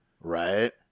Right